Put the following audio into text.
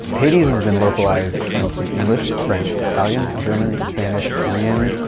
hades has been localized into english, french, italian, german, spanish, korean,